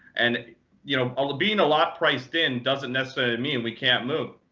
and you know um being a lot priced in doesn't necessarily mean we can't move.